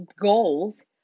goals